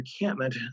encampment